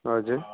हजुर